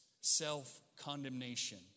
self-condemnation